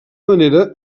manera